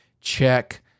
Check